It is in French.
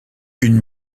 une